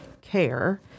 care